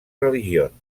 religions